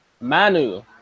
Manu